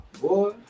boy